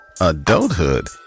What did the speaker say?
Adulthood